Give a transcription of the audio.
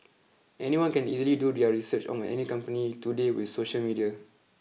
anyone can easily do their research on any company today with social media